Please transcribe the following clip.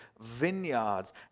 vineyards